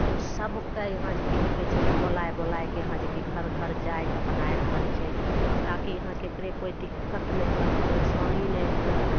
उ सबके यहाँ जे कि की कहय छै बोलाय बोलायके यहाँ जे कि घर घर जाइके बनाय रहल छै ताकि यहाँ ककरो कोइ दिक्कत नहि हुवे परेशानी नहि हुवे